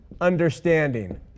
understanding